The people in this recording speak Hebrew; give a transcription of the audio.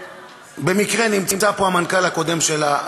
שבמקרה נמצא פה המנכ"ל הקודם שלה,